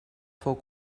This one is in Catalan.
fou